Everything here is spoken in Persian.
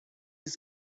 است